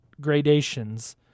gradations